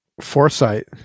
Foresight